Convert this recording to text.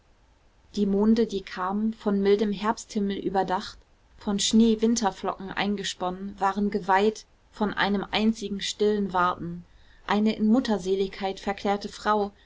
die monde die kamen von mildem herbsthimmel überdacht von schneewinterflocken eingesponnen waren geweiht von einem einzigen stillen warten eine in mutterseligkeit verklärte frau